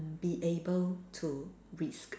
be able to risk